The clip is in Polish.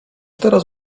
teraz